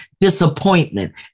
disappointment